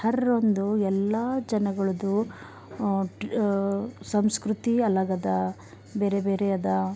ಹರ್ರೊಂದು ಎಲ್ಲ ಜನಗಳದ್ದು ಸಂಸ್ಕೃತಿ ಅಲಗದ ಬೇರೆ ಬೇರೆ ಅದ